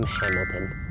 Hamilton